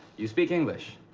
you speak english.